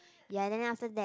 ya then after that